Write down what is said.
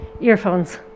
earphones